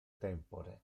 tempore